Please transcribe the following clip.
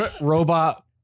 Robot